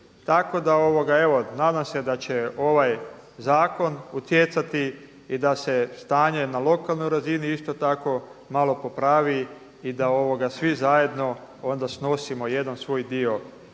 tako da evo nadam se da će ovaj zakon utjecati i da se stanje na lokalnoj razini isto malo popravi i da svi zajedno snosimo jedan svoj dio